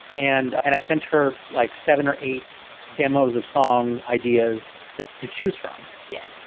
and, and i sent her like seven or eight demos of songs, ideas to choose from. yeah.